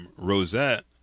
Rosette